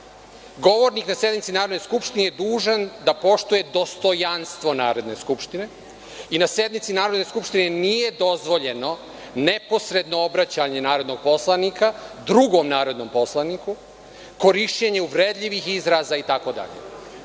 govornik na sednici Narodne skupštine je dužan da poštuje dostojanstvo Narodne skupštine i na sednici Narodne skupštine nije dozvoljeno neposredno obraćanje narodnog poslanika drugom narodnom poslaniku, korišćenje uvredljivih izraza,